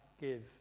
give